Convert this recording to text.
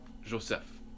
Joseph